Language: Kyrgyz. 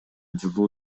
жылуу